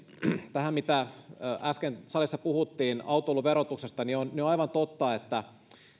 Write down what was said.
tähän mitä äsken salissa puhuttiin autoilun verotuksesta on aivan totta että